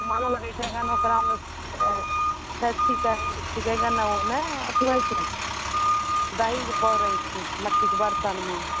मालो लगै छैगन ओकरा मे ओ नहि अथी होइ छै दही जे पौरे छै माइटिक बर्तनमे